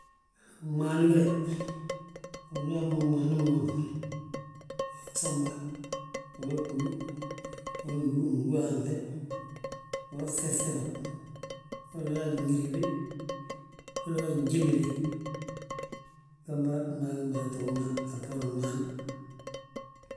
Gmaan ge, ndu uyaa mo gmaani gmoon, gamba, uyaa gbúlu, gdúhaanŧe, uyaa sesefa, wolla gaaj uŋiribe, golla gaaj unjimbile, gembe gmaa gi mada tuugna a bboorin gmaan